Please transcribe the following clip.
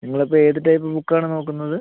നിങ്ങൾ ഇപ്പം ഏത് ടൈപ്പ് ബുക്ക് ആണ് നോക്കുന്നത്